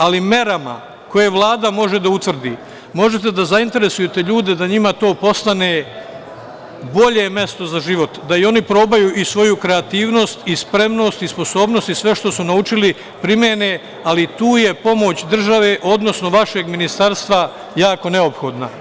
Ali, merama koje Vlada može da utvrdi možete da zainteresujete ljude da njima to postane bolje mesto za život, da i oni probaju i svoju kreativnost, spremnost, sposobnost i sve što su naučili primene, ali tu je pomoć države, odnosno, vašeg Ministarstva jako neophodna.